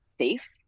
safe